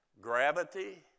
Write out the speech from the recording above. gravity